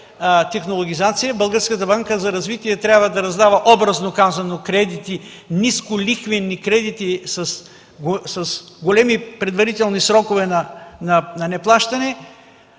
технологизация, Българската банка за развитие трябва да раздава образно казано нисколихвени кредити с големи предварителни срокове на неплащане,